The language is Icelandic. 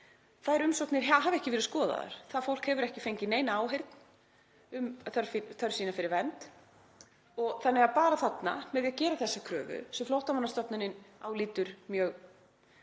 Þær umsóknir hafa ekki verið skoðaðar. Það fólk hefur ekki fengið neina áheyrn um þörf sína fyrir vernd. Þannig að þarna, með því að gera þessa kröfu sem Flóttamannastofnunin álítur mjög